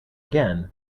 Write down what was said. again